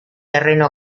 terreno